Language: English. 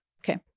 okay